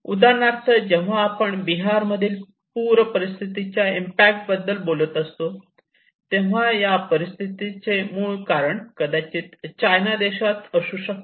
उदाहरणार्थ जेव्हा आपण बिहार मधील पूरपरिस्थिती च्या इंपॅक्ट बद्दल बोलत असतो तेव्हा या परिस्थितीत चे मूळ कारण कदाचित चायना देशात असू शकते